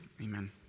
amen